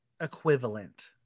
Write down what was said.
equivalent